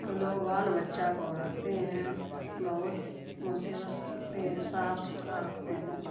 ہم لوگ بال بچہ کو رکھتے ہیں بہت مصیبت سے رکھتے ہیں صاف ستھرا رکھتے ہیں